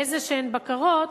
באיזשהן בקרות